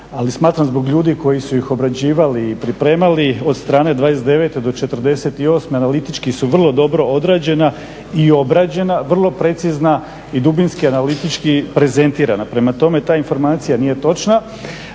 ali smatram zbog ljudi koji su ih obrađivali i pripremali od strane 29. do 48. analitički su vrlo dobro odrađena i obrađena, vrlo precizna i dubinski analitički prezentirana. Prema tome, ta informacija nije točna.